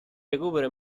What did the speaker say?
recupero